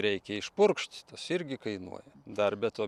reikia išpurkšt tas irgi kainuoja dar be to